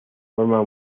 forma